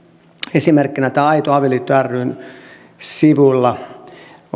esimerkkinä aito avioliitto ryn sivuilla